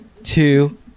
Two